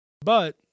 but-